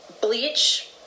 bleach